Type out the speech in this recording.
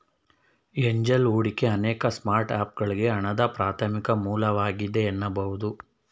angel ಹೂಡಿಕೆ ಅನೇಕ ಸ್ಟಾರ್ಟ್ಅಪ್ಗಳ್ಗೆ ಹಣದ ಪ್ರಾಥಮಿಕ ಮೂಲವಾಗಿದೆ ಎನ್ನಬಹುದು